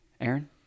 Aaron